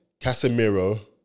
Casemiro